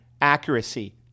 accuracy